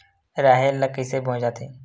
राहेर ल कइसे बोय जाथे?